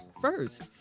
first